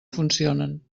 funcionen